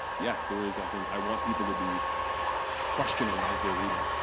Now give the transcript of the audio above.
yes, there is, i think, i want people to be questioning as they're reading.